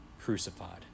crucified